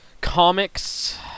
comics